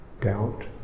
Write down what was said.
doubt